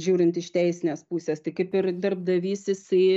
žiūrint iš teisinės pusės tai kaip ir darbdavys jisai